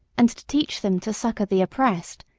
and to teach them to succour the oppressed,